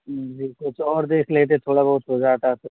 जी कुछ और देख लेते थोड़ा बहुत हो जाता तो